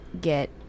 get